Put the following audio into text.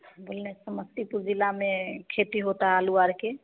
बोलें समस्तीपुर जिला में खेती होता आलू आर के